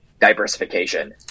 diversification